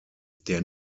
der